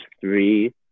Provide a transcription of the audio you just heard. three